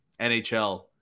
NHL